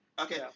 Okay